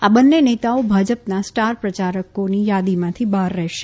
આ બંને નેતાઓ ભાજપના સ્ટાર પ્રયારકોની યાદીમાંથી બહાર રહેશે